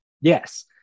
Yes